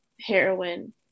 heroin